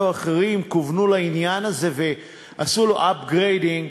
ואחרים כוונו לעניין הזה ועשו לו upgrading,